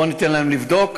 בוא ניתן להם לבדוק.